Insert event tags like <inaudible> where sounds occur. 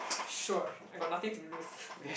sure I got nothing to lose <breath>